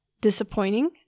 disappointing